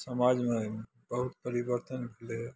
समाजमे बहुत परिवर्तन भेलैया